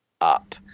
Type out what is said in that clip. up